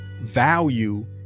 value